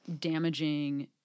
damaging –